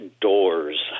doors